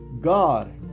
God